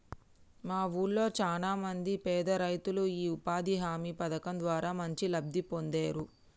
మా వూళ్ళో చానా మంది పేదరైతులు యీ ఉపాధి హామీ పథకం ద్వారా మంచి లబ్ధి పొందేరు